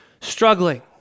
struggling